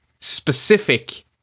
specific